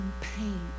pain